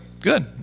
Good